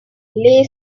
lay